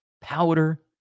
powder